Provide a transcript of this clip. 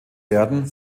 werden